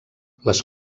les